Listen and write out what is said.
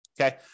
Okay